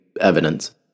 evidence